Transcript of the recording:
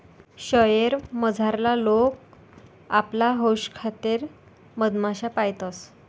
शयेर मझारला लोके आपला हौशेखातर मधमाश्या पायतंस